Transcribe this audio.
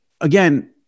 again